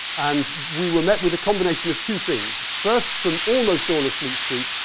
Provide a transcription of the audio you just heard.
and we were met with a combination of two things. first, from almost all of fleet street,